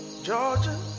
Georgia